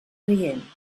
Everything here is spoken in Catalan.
rient